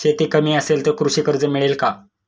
शेती कमी असेल तर कृषी कर्ज मिळेल का?